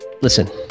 listen